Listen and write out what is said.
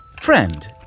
Friend